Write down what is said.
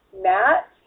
Matt